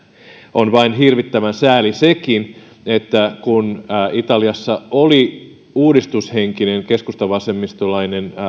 on vain hirvittävän sääli sekin että kun italiassa oli uudistushenkinen keskusta vasemmistolainen